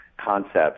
concepts